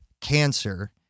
cancer